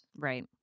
Right